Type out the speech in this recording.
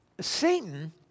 Satan